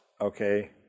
okay